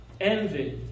envy